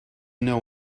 know